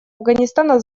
афганистана